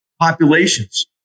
populations